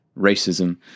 racism